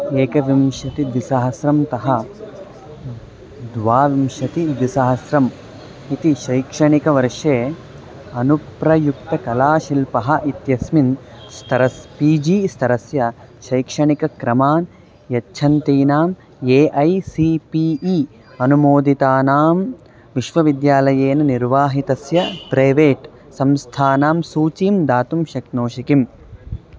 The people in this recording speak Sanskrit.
एकविंशतिः द्विसहस्रतः द्वाविंशतिः द्विसहस्रम् इति शैक्षणिकवर्षे अनुप्रयुक्तकलाशिल्पः इत्यस्मिन् स्तरे पी जी स्तरस्य शैक्षणिकक्रमान् यच्छन्तीनां A I C P E अनुमोदितानां विश्वविद्यालयेन निर्वाहितस्य प्रैवेट् संस्थानां सूचीं दातुं शक्नोषि किम्